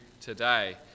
today